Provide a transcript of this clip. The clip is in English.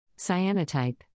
Cyanotype